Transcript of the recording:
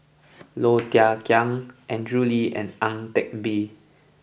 Low Thia Khiang Andrew Lee and Ang Teck Bee